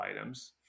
items